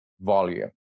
volume